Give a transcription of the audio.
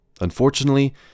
Unfortunately